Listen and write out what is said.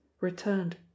returned